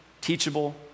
teachable